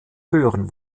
hören